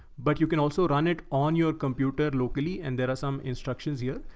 but you can also run it on your computer locally. and there are some instructions here.